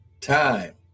time